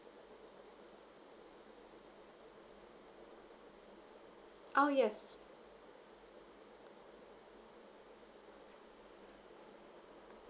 oh yes